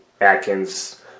Atkins